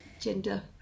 gender